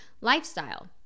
lifestyle